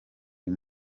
uyu